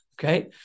Okay